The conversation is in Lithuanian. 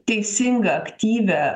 teisingą aktyvią